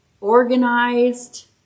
organized